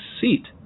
seat